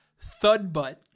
Thudbutt